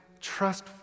trust